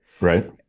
Right